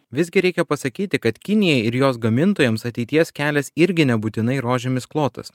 visgi reikia pasakyti kad kinijai ir jos gamintojams ateities kelias irgi nebūtinai rožėmis klotas